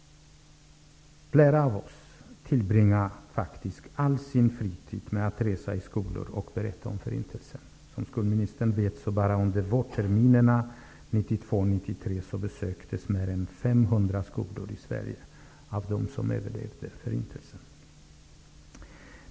Flera av oss ägnar faktiskt all fritid åt att resa runt till skolor för att berätta om Förintelsen. Bara under vårterminerna 1992 och 1993 besöktes, som skolministern vet, mer än 500 skolor i Sverige av personer som överlevde Förintelsen.